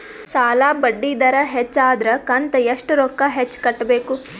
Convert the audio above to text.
ಸಾಲಾ ಬಡ್ಡಿ ದರ ಹೆಚ್ಚ ಆದ್ರ ಕಂತ ಎಷ್ಟ ರೊಕ್ಕ ಹೆಚ್ಚ ಕಟ್ಟಬೇಕು?